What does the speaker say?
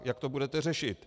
Jak to budete řešit?